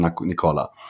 Nicola